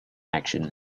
action